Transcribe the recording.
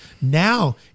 now